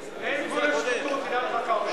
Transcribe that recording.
אל תעשה את זה, זה לא שווה את העניין.